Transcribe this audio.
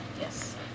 Yes